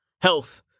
Health